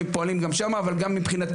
הזמנתי